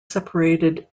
separated